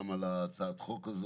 גם על הצעת החוק הזה.